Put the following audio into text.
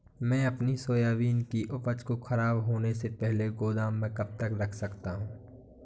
मैं अपनी सोयाबीन की उपज को ख़राब होने से पहले गोदाम में कब तक रख सकता हूँ?